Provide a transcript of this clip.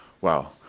Wow